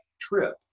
trip